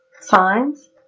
signs